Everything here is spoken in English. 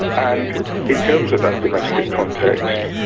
and in terms of that domestic context,